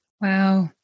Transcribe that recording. Wow